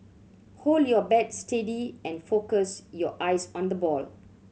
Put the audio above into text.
hold your bat steady and focus your eyes on the ball